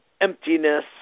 emptiness